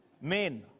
Men